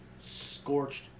scorched